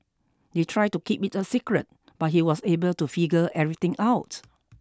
they tried to keep it a secret but he was able to figure everything out